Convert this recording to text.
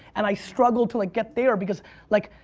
and i struggled to like get there because like.